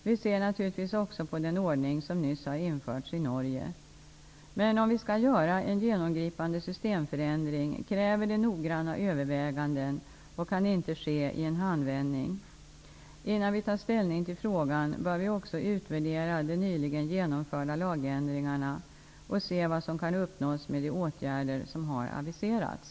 Vi ser naturligtvis också på den ordning som nyss har införts i Norge. Men om vi skall göra en genomgripande systemförändring, kräver det noggranna överväganden och kan inte ske i en handvändning. Innan vi tar ställning till frågan bör vi också utvärdera de nyligen genomförda lagändringarna och se vad som kan uppnås med de åtgärder som har aviserats.